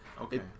Okay